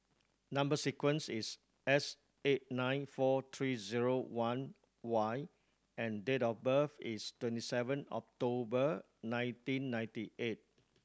number sequence is S eight nine four three zero one Y and date of birth is twenty seven October nineteen ninety eight